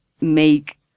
make